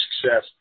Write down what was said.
success